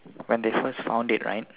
when they first found it right